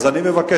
אז אני מבקש.